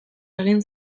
egin